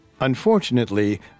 Unfortunately